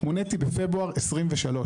מוניתי בפברואר 2023,